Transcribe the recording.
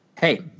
Hey